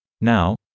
Now